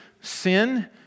Sin